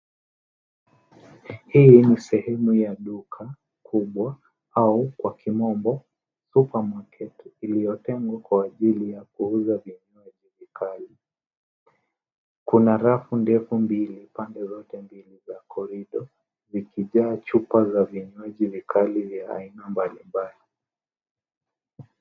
Hii ni sehemu ya duka kubwa au kwa kimombo supermarket iliyotengwa kwa ajili ya kuuza vinywaji vikali. Kuna rafu ndefu mbili pande zote mbili za korido, zikijaa chupa za vinywaji vikali vya aina mbalimbali.